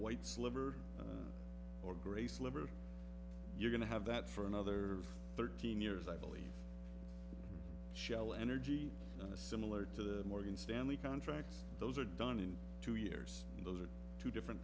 white sliver or gray sliver you're going to have that for another thirteen years i believe shell energy and a similar to the morgan stanley contract those are done in two years and those are two different